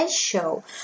show